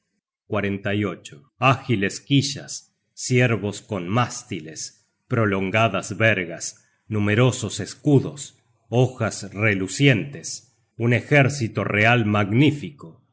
de mis héroes agiles quillas ciervos con mástiles prolongadas vergas numerosos escudos hojas relucientes un ejército real magnífico